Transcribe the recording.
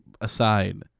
aside